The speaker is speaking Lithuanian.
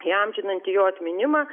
įamžinanti jo atminimą